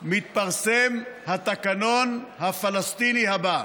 מתפרסם התקנון" הפלסטיני "הבא: